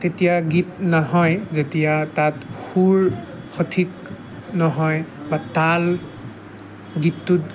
এতিয়া গীত নহয় যেতিয়া তাত সুৰ সঠিক নহয় বা তাল গীতটোত